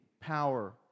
power